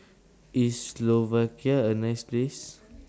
IS Slovakia A nice Place